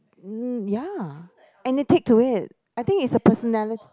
mm ya and it take to it I think it's a personali~